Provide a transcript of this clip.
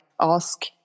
ask